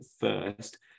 first